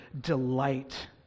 delight